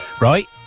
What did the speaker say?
right